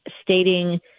stating